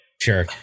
Sure